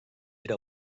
era